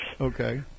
Okay